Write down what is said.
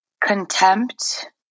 contempt